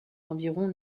environ